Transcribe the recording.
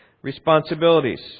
responsibilities